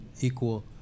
equal